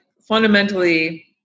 fundamentally